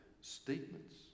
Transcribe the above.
statements